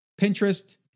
Pinterest